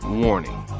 warning